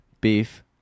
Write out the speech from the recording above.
Beef